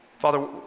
Father